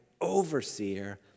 overseer